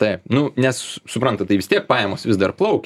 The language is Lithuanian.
taip nu nes suprantat tai vis tiek pajamos vis dar plaukia